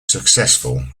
successful